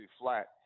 flat